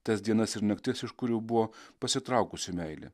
tas dienas ir naktis iš kurių buvo pasitraukusi meilė